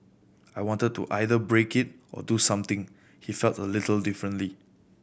I wanted to either break it or do something he felt a little differently